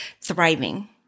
thriving